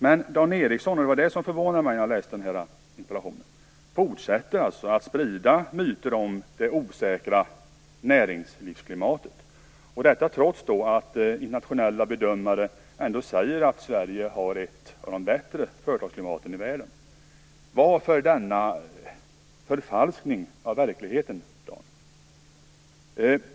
Men det som förvånade mig när jag läste interpellationen är att Dan Ericsson fortsätter att sprida myter om det osäkra näringslivsklimatet, detta trots att internationella bedömare säger att Sverige har ett av de bättre företagsklimaten i världen. Varför gör Dan Ericsson denna förfalskning av verkligheten?